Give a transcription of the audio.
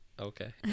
okay